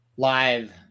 live